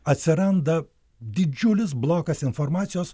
atsiranda didžiulis blokas informacijos